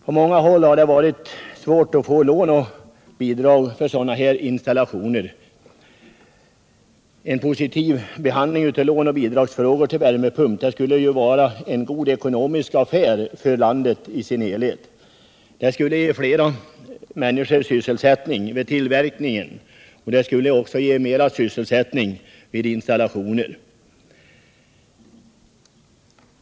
På många håll har det varit svårt att få lån och bidrag för sådana här installationer. En positiv behandling av låneoch bidragsfrågor beträffande värmepump skulle vara en god affär för landet i dess helhet. Det skulle ge flera människor sysselsättning vid tillverkningen, och det skulle också ge mera sysselsättning vid installationen.